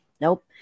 Nope